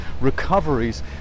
recoveries